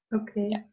Okay